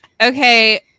Okay